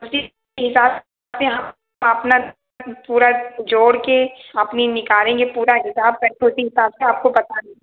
उसी के हिसाब से हम अपना पूरा जोड़ के अपनी निकारेंगे पूरा हिसाब करके उसी हिसाब से आपको बता देंगे